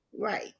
Right